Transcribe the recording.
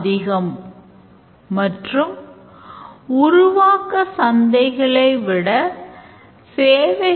அதாவது வரைபடத்தில்கணக்கு நடவடிக்கைகள் தொடர்பான அனைத்து use caseகளையும் எழுதுகிறோம்